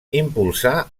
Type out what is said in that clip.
impulsà